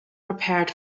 prepared